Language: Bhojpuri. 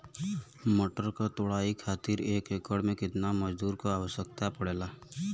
मटर क तोड़ाई खातीर एक एकड़ में कितना मजदूर क आवश्यकता पड़ेला?